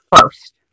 first